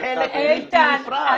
הן חלק בלתי נפרד.